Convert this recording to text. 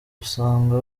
usanga